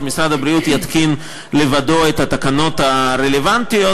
משרד הבריאות יתקין לבדו את התקנות הרלוונטיות,